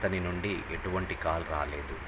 అతని నుండి ఎటువంటి కాల్ రాలేదు